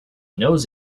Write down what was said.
knows